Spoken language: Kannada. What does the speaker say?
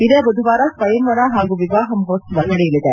ಇದೇ ಬುಧವಾರ ಸ್ವಯಂವರ ಹಾಗೂ ವಿವಾಹ ಮಹೋತ್ಸವ ನಡೆಯಲಿದೆ